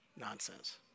nonsense